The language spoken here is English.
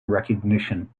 recognition